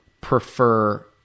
prefer